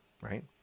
right